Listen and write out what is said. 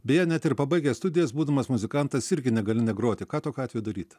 beje net ir pabaigęs studijas būdamas muzikantas irgi negali negroti ką tokiu atveju daryt